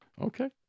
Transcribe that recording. Okay